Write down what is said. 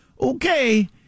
Okay